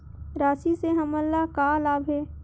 राशि से हमन ला का लाभ हे?